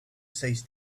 says